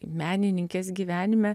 menininkės gyvenime